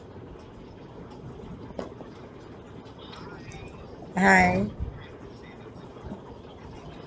hi